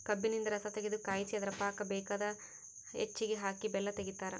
ಕಬ್ಬಿನಿಂದ ರಸತಗೆದು ಕಾಯಿಸಿ ಅದರ ಪಾಕ ಬೇಕಾದ ಹೆಚ್ಚಿಗೆ ಹಾಕಿ ಬೆಲ್ಲ ತೆಗಿತಾರ